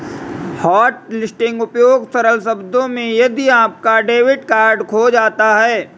hotlisting उपयोग सरल शब्दों में यदि आपका डेबिट कार्ड खो जाता है